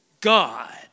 God